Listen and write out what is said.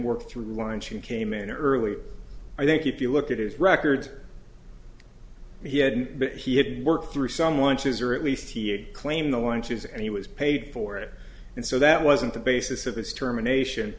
worked through lunch and came in early i think if you look at his records he had he had to work through someone choose or at least he claimed the lunches and he was paid for it and so that wasn't the basis of his termination